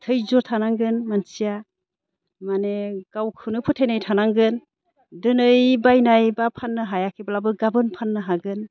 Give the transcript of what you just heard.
धैज्य थानांगोन मानसिया माने गावखौनो फोथायनाय थानांगोन दिनै बायनाय एबा फाननो हायाखैब्लाबो गाबोन फाननो हागोन